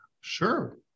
sure